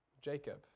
Jacob